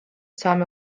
saame